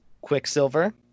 Quicksilver